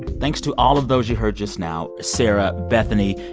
thanks to all of those you heard just now. sarah, bethany,